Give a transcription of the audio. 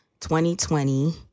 2020